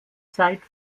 zeit